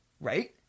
Right